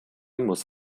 muss